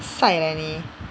sai leh 你